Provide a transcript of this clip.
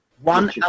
one